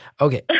Okay